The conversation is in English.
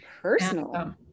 personal